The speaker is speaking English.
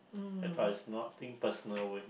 I thought is nothing person with